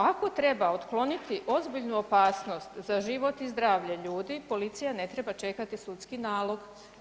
Ako treba otkloniti ozbiljnu opasnost za život i zdravlje ljudi policija ne treba čekati sudski nalog.